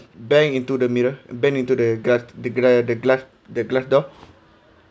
bang into the mirror bang into the gla~ the gla~ the glass the glass door